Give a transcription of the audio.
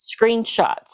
screenshots